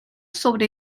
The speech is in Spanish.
sobre